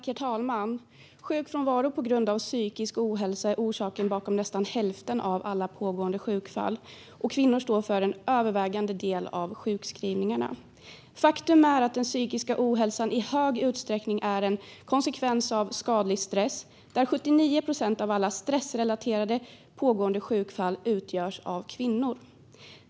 Herr talman! Sjukfrånvaro på grund av psykisk ohälsa utgör nästan hälften av alla pågående sjukfall, och kvinnor står för en övervägande del av sjukskrivningarna. Faktum är att den psykiska ohälsan i stor utsträckning är en konsekvens av skadlig stress och att 79 procent av alla stressrelaterade pågående sjukfall utgörs av kvinnor.